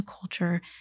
culture